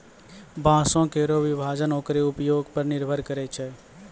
बांसों केरो विभाजन ओकरो उपयोग पर निर्भर करै छै